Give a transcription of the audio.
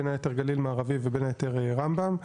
בין היתר גליל מערבי ובין היתר רמב"ם,